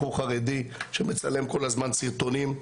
בחור חרדי שמצלם כל הזמן סרטונים.